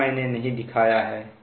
यहां मैंने नहीं दिखाया है